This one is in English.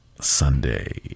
Sunday